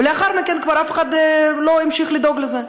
ולאחר מכן כבר אף אחד לא המשיך לדאוג לזה.